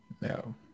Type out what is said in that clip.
No